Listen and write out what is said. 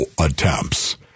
attempts